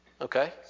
Okay